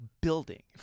building